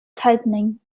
tightening